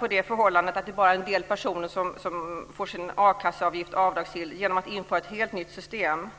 på det förhållandet att det bara är en del personer som får sin a-kasseavgift avdragsgill, genom att genomföra ett helt nytt system.